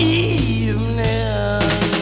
evening